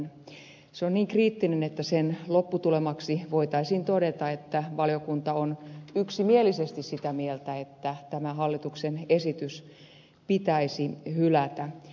se on niin kriittinen että sen lopputulemaksi voitaisiin todeta että valiokunta on yksimielisesti sitä mieltä että tämä hallituksen esitys pitäisi hylätä